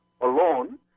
alone